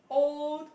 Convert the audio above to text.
old